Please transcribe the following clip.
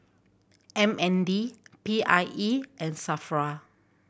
M N D P I E and SAFRA